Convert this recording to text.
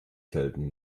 selten